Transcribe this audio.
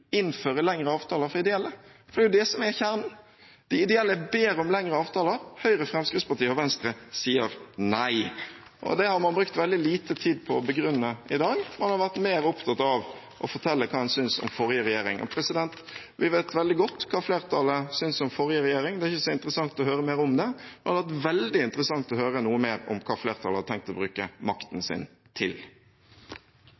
For det er jo det som er kjernen: De ideelle ber om lengre avtaler – Høyre, Fremskrittspartiet og Venstre sier nei. Det har man brukt veldig lite tid på å begrunne i dag. Man har vært mer opptatt av å fortelle hva man synes om forrige regjering. Vi vet veldig godt hva flertallet synes om forrige regjering – det er ikke så interessant å høre mer om det. Det hadde vært veldig interessant å høre noe mer om hva flertallet har tenkt å bruke makten